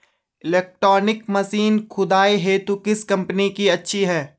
Electronic machine खुदाई हेतु किस कंपनी की अच्छी है?